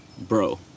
bro